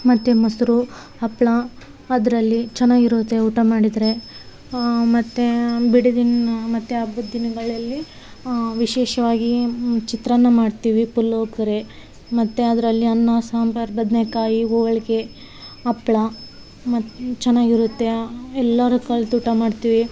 ಮತ್ತು ಮೊಸರು ಹಪ್ಪಳ ಅದರಲ್ಲಿ ಚೆನ್ನಾಗಿರುತ್ತೆ ಊಟ ಮಾಡಿದರೆ ಮತ್ತು ಬಿಡುವಿನ್ ಮತ್ತು ಹಬ್ಬದ ದಿನಗಳಲ್ಲಿ ವಿಶೇಷವಾಗಿ ಚಿತ್ರನ್ನ ಮಾಡ್ತೀವಿ ಪುಳೋಗ್ರೆ ಮತ್ತು ಅದರಲ್ಲಿ ಅನ್ನ ಸಾಂಬಾರ್ ಬದನೇಕಾಯಿ ಹೋಳಿಗೆ ಹಪ್ಳ ಮತ್ತು ಚೆನ್ನಾಗಿರುತ್ತೆ ಎಲ್ಲಾರು ಕಲ್ತು ಊಟ ಮಾಡ್ತೀವಿ